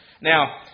Now